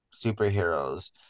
superheroes